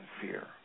fear